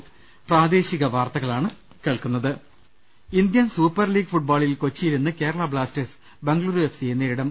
്്്്്്് Indian super league ഫുട്ബോളിൽ കൊച്ചിയിൽ ഇന്ന് കേരള ബ്ലാസ്റ്റേഴ്സ് ബംഗളുരു എഫ് സിയെ നേരിടും